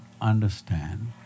understand